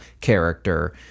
character